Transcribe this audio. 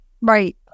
Right